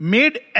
Made